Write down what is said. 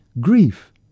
grief